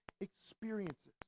experiences